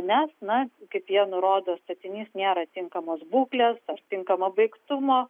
nes na kaip jie nurodo statinys nėra tinkamos būklės ar tinkamo baigtumo